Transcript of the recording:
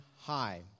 high